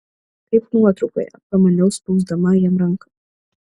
kaip nuotraukoje pamaniau spausdama jam ranką